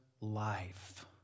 life